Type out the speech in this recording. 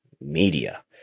media